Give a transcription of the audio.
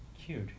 Cute